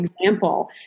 example